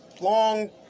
long